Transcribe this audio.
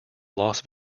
las